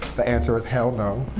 the answer is, hell, no.